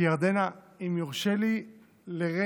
כי, ירדנה, אם יורשה לי לרגע